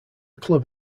club